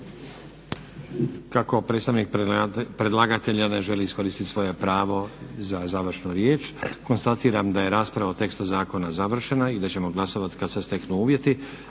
Kako predstavnik predlagatelja ne želi iskoristiti svoje pravo za završnu riječ, konstatiram da je rasprava o tekstu zakona završena i da ćemo glasovati kada se steknu uvjeti.